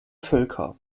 völker